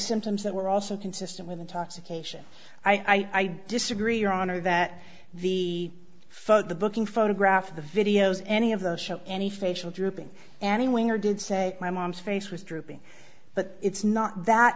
symptoms that were also consistent with intoxication i disagree your honor that the photo the booking photograph of the videos any of those shows any facial drooping anyone or did say my mom's face was drooping but it's not that